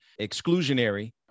exclusionary